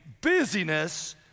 busyness